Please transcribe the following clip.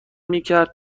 میکرد